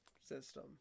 system